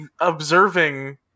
observing